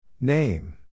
Name